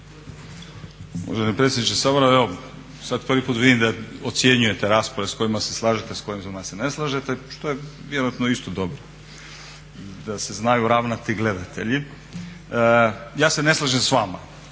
Uvaženi predsjedniče Sabora evo sada prvi puta vidim da ocjenjujete rasprave s kojima se slažete, s kojima se ne slažete što je vjerojatno isto dobra da se znaju ravnati gledatelji. Ja se ne slažem s vama.